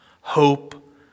hope